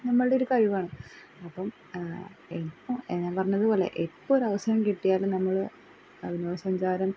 നമ്മളുടെയൊരു കഴിവാണ് അപ്പം ഇപ്പോൾ ഞാൻ പറഞ്ഞത് പോലെ എപ്പോഴവസരം കിട്ടിയാലും നമ്മൾ അ വിനോദ സഞ്ചാരം